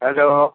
hello